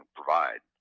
provide